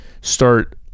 start